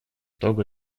того